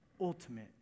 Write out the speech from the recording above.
ultimate